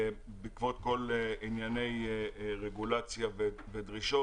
בעקבות כל ענייני רגולציה ודרישות?